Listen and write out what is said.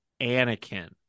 Anakin